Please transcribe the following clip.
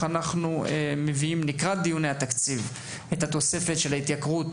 אנחנו מביאים לרשות המקומית את התוספת של ההתייקרות,